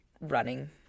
running